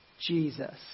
Jesus